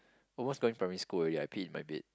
oh what's going primary school already I pee in my bed